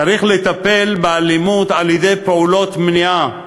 צריך לטפל באלימות על-ידי פעולות מניעה.